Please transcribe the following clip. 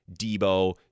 Debo